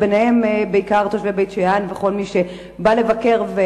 וביניהם בעיקר תושבי בית-שאן וכל מי שבא לבקר.